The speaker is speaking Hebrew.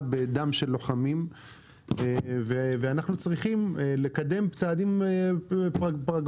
בדם של לוחמים ואנחנו צריכים לקדם צעדים פרגמטיים.